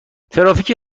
ترافیک